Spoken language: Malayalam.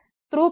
ത്രൂ പുട്ട്